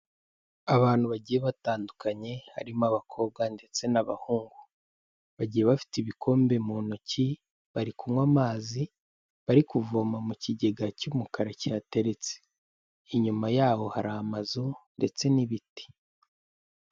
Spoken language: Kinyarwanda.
Abantu bagiye batandukanye harimo abakobwa ndetse n'abahungu, bagiye bafite ibikombe mu ntoki, bari kunywa amazi bari kuvoma mu kigega cy'umukara kihateretse, inyuma yaho hari amazu ndetse n'ibiti.